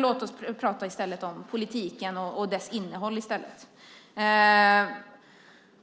Låt oss i stället prata om politiken och dess innehåll.